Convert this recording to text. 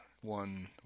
One